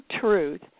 truth